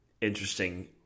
interesting